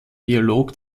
dialog